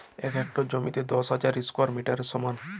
এক হেক্টর জমি দশ হাজার স্কোয়ার মিটারের সমান